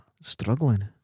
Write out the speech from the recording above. Struggling